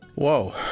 whoa!